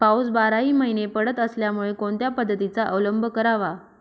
पाऊस बाराही महिने पडत असल्यामुळे कोणत्या पद्धतीचा अवलंब करावा?